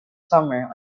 summer